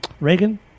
Reagan